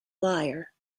liar